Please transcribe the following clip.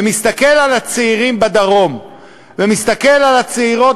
ומסתכל על הצעירים בדרום ומסתכל על הצעירות